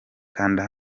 kanda